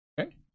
Okay